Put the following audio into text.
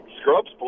scrubs